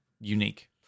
Unique